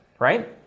Right